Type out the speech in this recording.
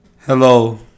Hello